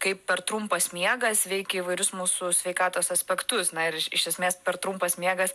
kaip per trumpas miegas veikia įvairius mūsų sveikatos aspektus na ir iš iš esmės per trumpas miegas